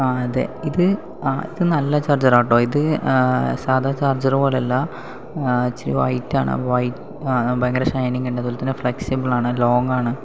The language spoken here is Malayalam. ആ അതെ ഇത് ഇത് നല്ല ചാർജറാട്ടോ ഇത് സാധാ ചാർജർ പോലെയല്ല ഇച്ചിരി വൈറ്റാണ് വൈ ഭയങ്കര ഷൈനിങ് ഉണ്ട് അതുപോലെതന്നെ ഫ്ലെക്സിബിളാണ് ലോങ്ങാണ്